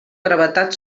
gravetat